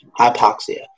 Hypoxia